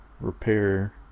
repair